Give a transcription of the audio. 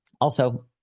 also-